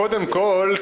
קודם כל,